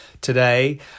today